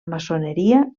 maçoneria